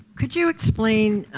could you explain